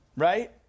right